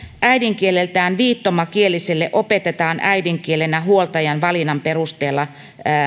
äidinkieleltään viittomakieliselle opetetaan äidinkielenä huoltajan valinnan perusteella